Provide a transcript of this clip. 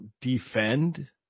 defend